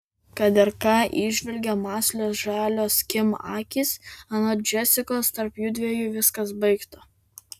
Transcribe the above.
kad ir ką įžvelgė mąslios žalios kim akys anot džesikos tarp jųdviejų viskas baigta